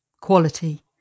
quality